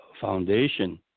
foundation